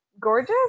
gorgeous